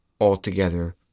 Altogether